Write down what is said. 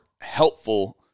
helpful